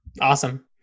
Awesome